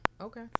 Okay